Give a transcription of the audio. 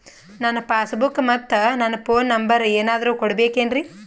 ನನ್ನ passbook ಮತ್ ನನ್ನ ಫೋನ್ ನಂಬರ್ ಏನಾದ್ರು ಕೊಡಬೇಕೆನ್ರಿ?